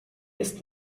ist